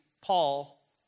Paul